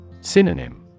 Synonym